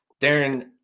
Darren